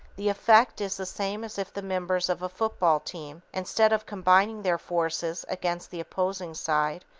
the effect is the same as if the members of a football team, instead of combining their forces against the opposing side,